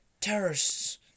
terrorists